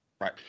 Right